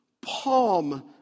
palm